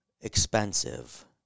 expensive